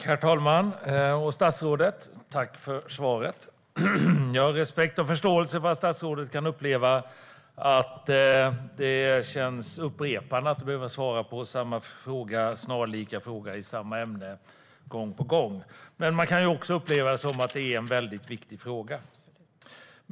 Herr talman! Jag tackar statsrådet för svaret. Jag har respekt och förståelse för att statsrådet kan uppleva att det känns upprepande att behöva svara på snarlika frågor i samma ämne, gång på gång. Men man kan också uppleva det som att det är en viktig fråga.